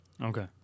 Okay